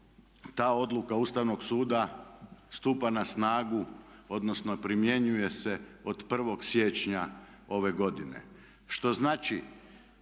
ta odluka Ustavnog suda stupa na snagu, odnosno primjenjuje se od 1. siječnja ove godine. Što znači